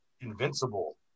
Invincible